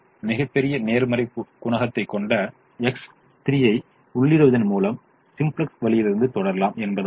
மிகப் பெரிய நேர்மறை குணகத்தைக் கொண்ட X3 ஐ உள்ளிடுவதன் மூலம் சிம்ப்ளக்ஸ் வழியிலிருந்து தொடரலாம் என்பதாகும்